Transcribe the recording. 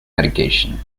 medication